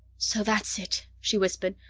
so that's it, she whispered.